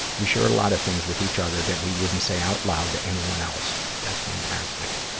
we share a lot of things with each other that we wouldn't say out loud to anyone else. that's fantastic.